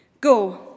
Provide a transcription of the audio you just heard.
Go